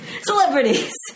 Celebrities